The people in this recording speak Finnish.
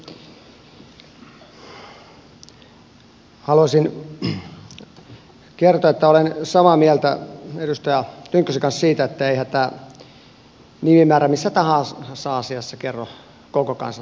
haluaisin kertoa että olen samaa mieltä edustaja tynkkysen kanssa siitä että eihän tämä nimimäärä missä tahansa asiassa kerro koko kansan tahtoa